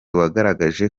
wagaragaje